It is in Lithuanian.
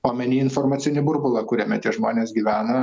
omeny informacinį burbulą kuriame tie žmonės gyvena